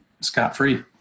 scot-free